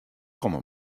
komme